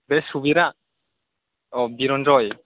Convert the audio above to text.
बे सुबिरा औ बिरनजय